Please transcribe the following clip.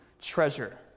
treasure